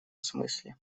смысле